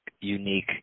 unique